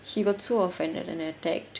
he got so offended and attacked